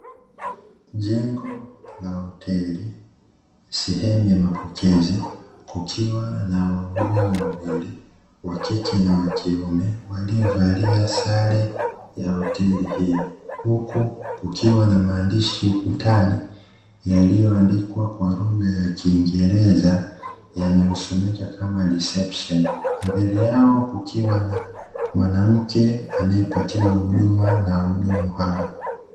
Jengo la hoteli sehemu ya mapokezi kukiwa na wahudumu wawili wa kike na wa kiume waliovalia sare ya hoteli hiyo, huku kukiwa na maandishi ukutani yaliyoandikwa kwa lugha ya kiingereza yanayosomeka kama "Reception" mbele yao kukiwa na mwanamke anayepatiwa huduma na wahudumu hao.